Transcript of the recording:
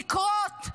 לכרות,